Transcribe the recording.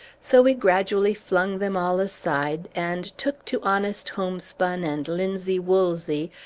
so we gradually flung them all aside, and took to honest homespun and linsey-woolsey,